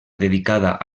dedicada